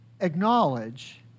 acknowledge